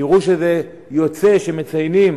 ותראו שזה יוצא שכשמציינים